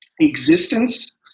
existence